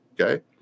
Okay